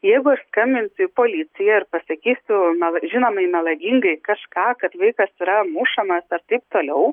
jeigu aš skambinsiu į policiją ir pasakysiu mela žinomai melagingai kažką kad vaikas yra mušamas ar taip toliau